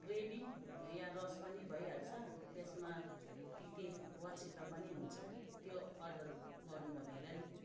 gravy या रस पनि भइहाल्छ त्यसमा तिते वाचिप्पा पनि हुन्छ त्यो अर्डर गर्नु भनेर नि